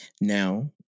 Now